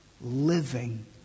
living